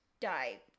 die